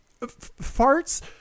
farts